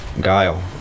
Guile